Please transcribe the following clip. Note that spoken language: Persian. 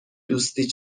دوستی